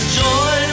joy